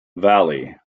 valley